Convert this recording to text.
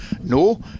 No